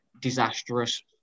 disastrous